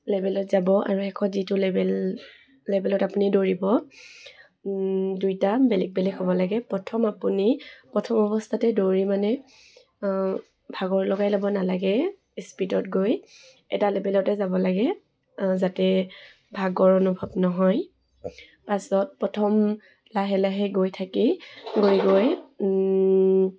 লেভেলত যাব আৰু শেষ যিটো লেভেল লেভেলত আপুনি দৌৰিব দুইটা বেলেগ বেলেগ হ'ব লাগে প্ৰথম আপুনি প্ৰথম অৱস্থাতে দৌৰি মানে ভাগৰ লগাই ল'ব নালাগে স্পীডত গৈ এটা লেভেলতে যাব লাগে যাতে ভাগৰ অনুভৱ নহয় পাছত প্ৰথম লাহে লাহে গৈ থাকি গৈ গৈ